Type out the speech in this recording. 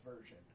version